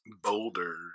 Boulder